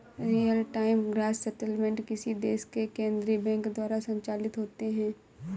real time gross settlement किसी देश के केन्द्रीय बैंक द्वारा संचालित होते हैं